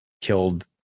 killed